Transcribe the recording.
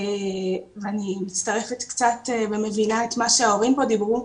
ואני מצטרפת קצת ומבינה את מה שההורים פה דיברו,